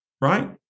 Right